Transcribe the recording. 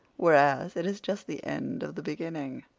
whereas it is just the end of the beginning.